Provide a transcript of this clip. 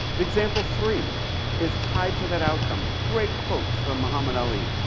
example three is tied to that outcome. great quote from muhammad ali.